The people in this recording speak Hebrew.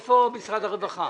בוא נדבר איתם.